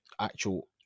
actual